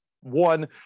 one